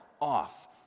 off